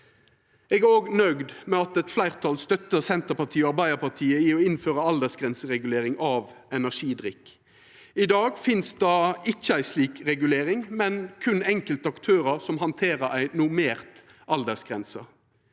Eg er òg nøgd med at eit fleirtal støttar Senterpartiet og Arbeidarpartiet i å innføra aldersgrenseregulering av energidrikk. I dag finst det ikkje ei slik regulering, berre enkelte aktørar som handterer ei normert aldersgrense.